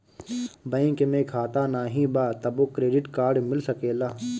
Bank में खाता नाही बा तबो क्रेडिट कार्ड मिल सकेला?